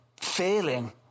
failing